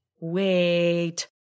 Wait